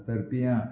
फातरप्यां